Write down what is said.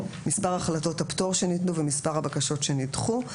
מספר החלטות הפטור שניתנו ומספר הבקשות שנדחו.